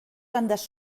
bandes